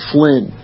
Flynn